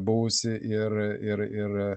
buvusi ir ir ir